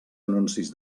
anuncis